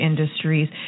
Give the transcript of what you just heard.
industries